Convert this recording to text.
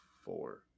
four